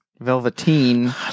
velveteen